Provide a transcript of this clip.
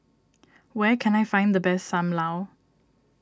where can I find the best Sam Lau